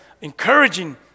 encouraging